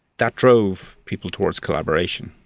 that drove people towards collaboration.